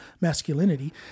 masculinity